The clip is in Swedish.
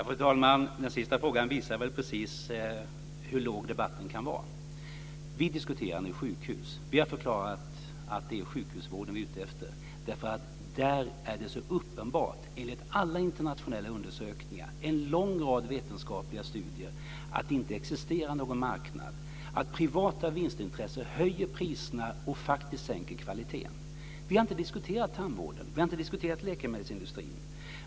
Fru talman! Den sista frågan visar väl precis hur låg debatten kan vara. Vi diskuterar nu sjukhus. Vi har förklarat att det är sjukhusvården som vi är ute efter, därför att där är det så uppenbart, enligt alla internationella undersökningar och en lång rad vetenskapliga studier, att det inte existerar någon marknad, att privata vinstintressen höjer priserna och faktiskt sänker kvaliteten. Vi har inte diskuterat tandvården, och vi har inte diskuterat läkemedelsindustrin.